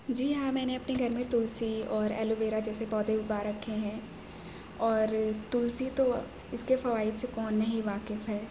جی ہاں میں نے اپنے گھر میں تلسی اور ایلوویرا جیسے پودے اگا رکھے ہیں اور تلسی تو اس کے فوائد سے کون نہیں واقف ہے